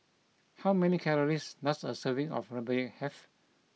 how many calories does a serving of Rempeyek have